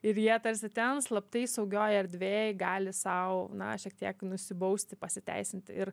ir jie tarsi ten slaptai saugioj erdvėj gali sau na šiek tiek nusibausti pasiteisinti ir